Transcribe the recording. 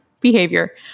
behavior